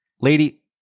lady